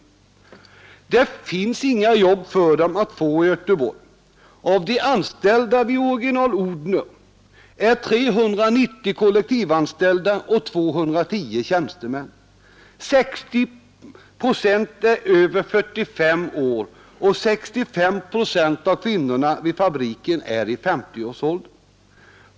Det finns inga jobb för dem att få i Göteborg. Av de anställda vid Original-Odhner är 390 kollektivanställda och 210 tjänstemän. 60 procent är över 45 år, och 65 procent av kvinnorna är i 50-årsåldern.